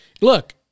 look